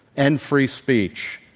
and free speech,